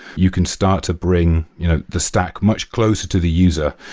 you can start to bring you know the stack much closer to the user.